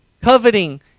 coveting